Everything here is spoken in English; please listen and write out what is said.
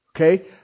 Okay